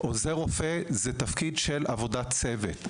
אבל עוזר רופא זה תפקיד של עבודת צוות.